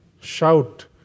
shout